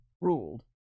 ruled